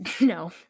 No